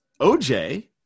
OJ